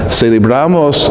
celebramos